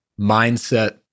mindset